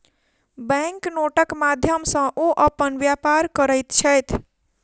bank नोटक माध्यम सॅ ओ अपन व्यापार करैत छैथ